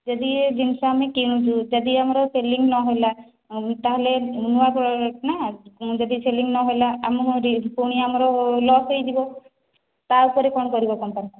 ଯଦି ଏ ଜିନିଷ ଆମେ କିଣିଛୁ ଯଦି ଆମର ସେଲିଙ୍ଗ୍ ନ ହେଲା ତା'ହେଲେ ନୂଆ ପ୍ରଡକ୍ଟ୍ ନା ଯଦି ସେଲିଙ୍ଗ୍ ନ ହେଲା ଆମର ପୁଣି ଆମର ଲସ୍ ହୋଇଯିବ ତା ଉପରେ କ'ଣ କରିବ କମ୍ପାନୀ